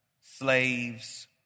slaves